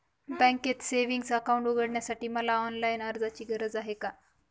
बँकेत savings account उघडण्यासाठी मला ऑनलाईन अर्जाची गरज आहे का?